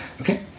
Okay